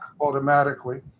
automatically